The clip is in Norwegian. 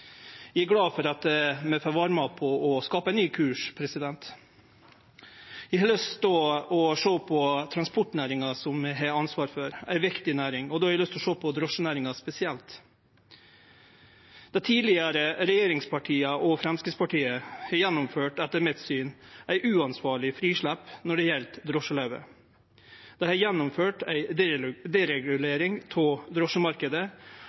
Eg er glad for at vi får vere med på å skape ein ny kurs. Når det gjeld transportnæringa, som eg har ansvar for – ei viktig næring – har eg lyst til å sjå på drosjenæringa spesielt. Dei tidlegare regjeringspartia og Framstegspartiet har etter mitt syn gjennomført eit uansvarleg frislepp når det gjeld drosjeløyve. Dei har gjennomført ei